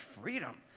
freedom